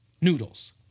noodles